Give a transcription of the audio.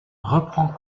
reprend